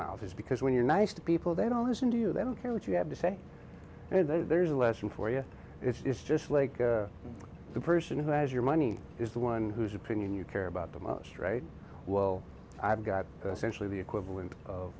mouth is because when you're nice to people they don't listen to you then care what you have to say and if there's a lesson for you it's just like the person who has your money is the one whose opinion you care about the most right well i've got a century the equivalent of